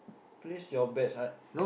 place your bets ah